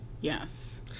Yes